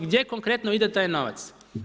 Gdje konkretno ide taj novac?